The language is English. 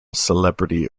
celebrity